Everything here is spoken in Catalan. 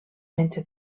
mentre